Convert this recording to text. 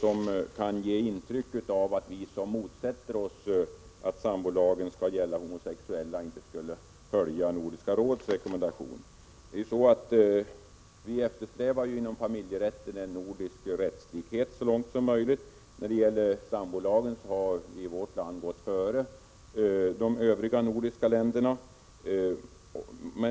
Detta kan ge intryck av att vi som motsätter oss att sambolagen skall gälla homosexuella inte skulle följa Nordiska rådets rekommendationer. Vi eftersträvar så långt möjligt en nordisk rättslikhet inom familjerätten. När det gäller sambolagen har vi i vårt land gått före de övriga nordiska länderna.